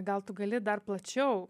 gal tu gali dar plačiau